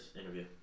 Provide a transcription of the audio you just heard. interview